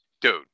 Dude